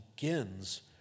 begins